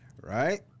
right